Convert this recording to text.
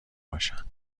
باشند